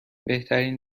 بهترین